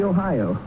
Ohio